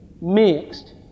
mixed